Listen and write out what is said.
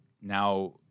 now